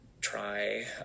try